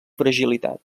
fragilitat